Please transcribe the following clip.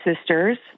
sisters